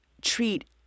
treat